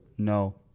No